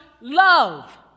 love